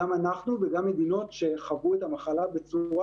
גם אנחנו וגם מדינות שחוו את המחולה בצורה